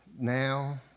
now